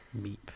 meep